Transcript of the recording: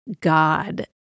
God